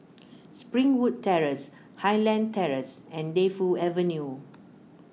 Springwood Terrace Highland Terrace and Defu Avenue